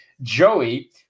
Joey